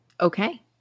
okay